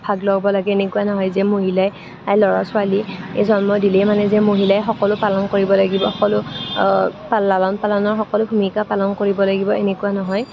ভাগ ল'ব লাগে এনেকুৱা নহয় যে মহিলাই ল'ৰা ছোৱালীক জন্ম দিলেই মানেই যে মহিলাই সকলো পালন কৰিব লাগিব সকলো লালন পালনৰ সকলো ভূমিকা পালন কৰিব লাগিব এনেকুৱা নহয়